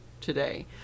today